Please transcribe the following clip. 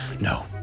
No